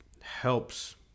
helps